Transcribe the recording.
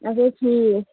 اَچھا ٹھیٖک